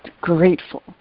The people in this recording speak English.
grateful